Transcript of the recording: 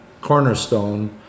Cornerstone